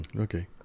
okay